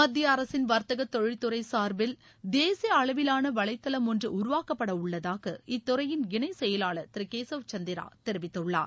மத்திய அரசின் வர்த்தக தொழில்துறை சார்பில் தேசிய அளவிலான வலைதளம் ஒன்று உருவாக்கப்பட உள்ளதாக இத்துறையின் இணைச் செயலாளர் திரு கேசவ் சந்திரா தெரிவித்துள்ளார்